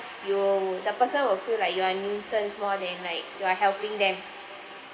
you the person will feel like you are nuisance more than like you are helping them